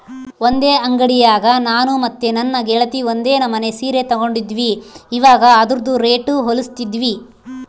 ಒಂದೇ ಅಂಡಿಯಾಗ ನಾನು ಮತ್ತೆ ನನ್ನ ಗೆಳತಿ ಒಂದೇ ನಮನೆ ಸೀರೆ ತಗಂಡಿದ್ವಿ, ಇವಗ ಅದ್ರುದು ರೇಟು ಹೋಲಿಸ್ತಿದ್ವಿ